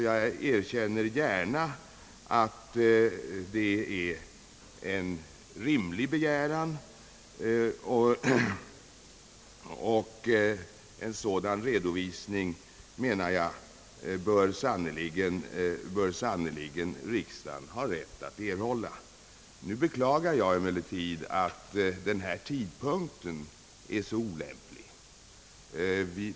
Jag erkänner gärna att det är en rimlig begäran; en sådan redovisning, menar jag, bör riksdagen sannerligen ha rätt att erhålla. Nu beklagar jag emellertid, 'att denna tidpunkt är så olämplig.